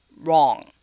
Wrong